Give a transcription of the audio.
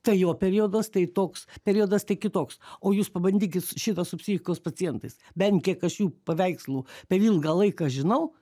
tai jo periodas tai toks periodas tai kitoks o jūs pabandykit šitą su psichikos pacientais bent kiek aš jų paveikslų per ilgą laiką žinau